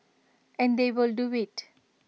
and they will do IT